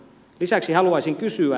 lisäksi haluaisin kysyä